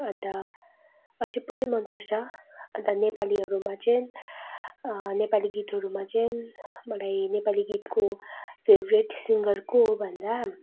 अन्त अझ पुरै मन पर्छ अन्त नेपालीहरूमा चाहिँ नेपाली गीतहरूमा चाहिँ मलाई नेपाली गीतको फेभ्रेट सिङ्गर को हो भन्दा